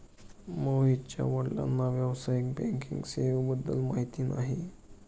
मोहितच्या वडिलांना व्यावसायिक बँकिंग सेवेबद्दल माहिती नाही